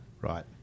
right